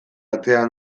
atera